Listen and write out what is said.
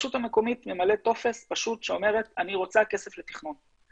הרשות המקומית ממלאת טופס פשוט שאומר שהיא רוצה כסף לתכנון.